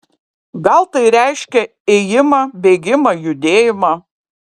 gal tai reiškia ėjimą bėgimą judėjimą